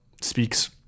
speaks